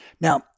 Now